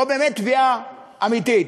או באמת, תביעה אמיתית.